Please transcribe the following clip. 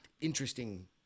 interesting